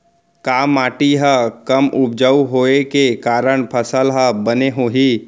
का माटी हा कम उपजाऊ होये के कारण फसल हा बने होही?